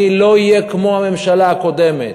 אני לא אהיה כמו הממשלה הקודמת,